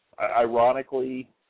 Ironically